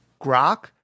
grok